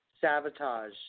Sabotage